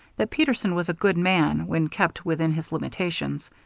that peterson was a good man when kept within his limitations.